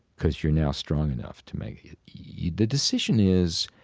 because you're now strong enough to make it. yeah the decision is,